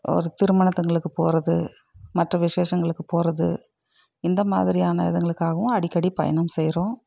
ஒரு திருமணத்துங்களுக்கு போகிறது மற்ற விசேஷங்களுக்கு போகிறது இந்த மாதிரியான இதுங்களுக்காகவும் அடிக்கடி பயணம் செய்கிறோம்